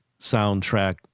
soundtrack